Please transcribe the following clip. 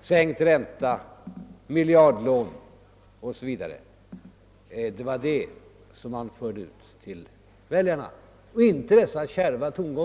sänkt ränta, miljardlån osv. Det var sådana budskap ni förde ut till väljarna och inte dessa kärva tongångar.